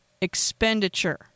expenditure